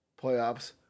playoffs